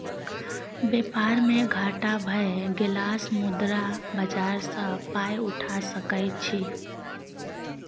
बेपार मे घाटा भए गेलासँ मुद्रा बाजार सँ पाय उठा सकय छी